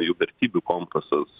jų vertybių kompasas